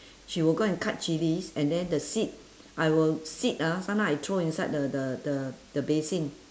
she will go and cut chillies and then the seed I will seed ah sometime I throw inside the the the the basin